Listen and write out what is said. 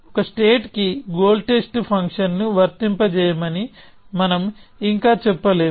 ఒక స్టేట్ కి goal test ఫంక్షన్ను వర్తింపజేయమని మనం ఇక చెప్పలేము